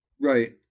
Right